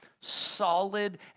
solid